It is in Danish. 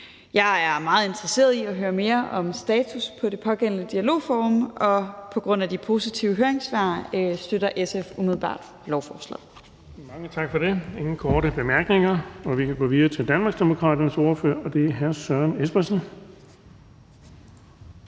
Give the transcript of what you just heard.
Jeg er meget interesseret i at høre mere om status på det pågældende dialogforum, og på grund af de positive høringssvar støtter SF umiddelbart lovforslaget. Kl. 16:51 Den fg. formand (Erling Bonnesen): Mange tak for det. Der er ingen korte bemærkninger. Vi kan gå videre til Danmarksdemokraternes ordfører, og det er hr. Søren Espersen.